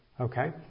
Okay